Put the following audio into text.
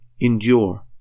endure